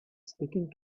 speaking